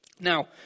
Now